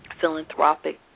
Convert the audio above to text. philanthropic